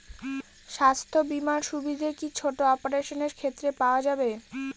স্বাস্থ্য বীমার সুবিধে কি ছোট অপারেশনের ক্ষেত্রে পাওয়া যাবে?